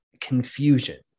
confusion